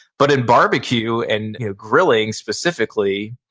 but in barbecue and grilling specifically,